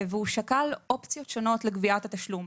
שקל אופציות שונות לגביית התשלום.